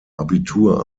abitur